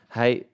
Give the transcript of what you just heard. hij